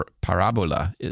parabola